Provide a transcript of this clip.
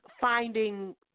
finding